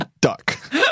duck